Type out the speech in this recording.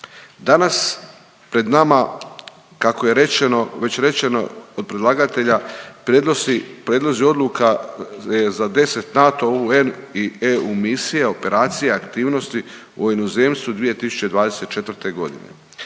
Danas pred nama kako je rečeno, već rečeno od predlagatelja prednosti, predlozi odluka je za 10 NATO, UN i EU misija, operacija i aktivnosti u inozemstvu 2024. g.